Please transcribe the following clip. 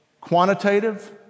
quantitative